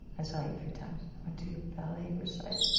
i saw you a few times, went to your ballet recital.